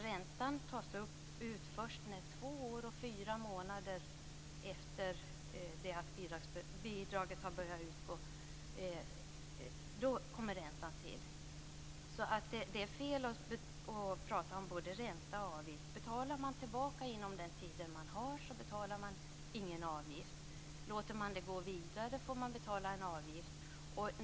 Räntan tas ut först två år och fyra månader efter det att bidraget har utgått. Det är fel att prata om både ränta och avgift. Om man betalar tillbaka inom given tid tas inte någon avgift ut. Låter man tiden gå tas en avgift ut.